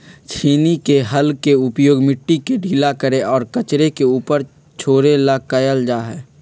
छेनी के हल के उपयोग मिट्टी के ढीला करे और कचरे के ऊपर छोड़े ला कइल जा हई